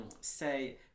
say